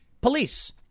police